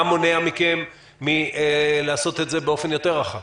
מה מונע מכם מלעשות את זה באופן רחב יותר?